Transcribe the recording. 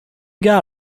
got